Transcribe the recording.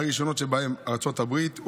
והראשונה שבהן ארצות הברית,